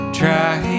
try